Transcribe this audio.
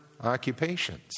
occupations